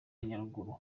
nyaruguru